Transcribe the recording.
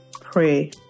pray